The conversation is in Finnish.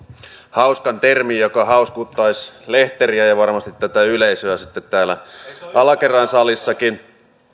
hauskan termin joka hauskuuttaisi lehteriä ja ja varmasti tätä yleisöä sitten täällä alakerran salissakin